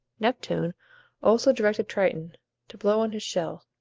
neptune also directed triton to blow on his shell,